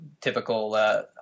typical